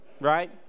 right